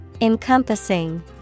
Encompassing